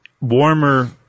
warmer